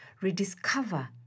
rediscover